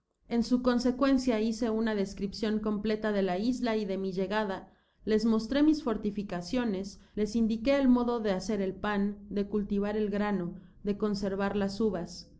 en su consecuencia hice una descripcion completa de la isla y de mi llegada les mostré mis fortificaciones les indiqué el modo de hacer el pan de cultivar el grano de conservar las uvas